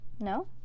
no